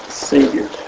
Savior